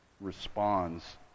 responds